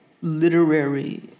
literary